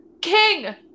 King